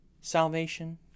salvation